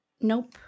Nope